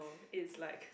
it's like